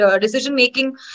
decision-making